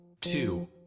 two